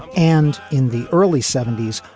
and in the early seventy s.